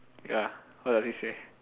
ya what does it say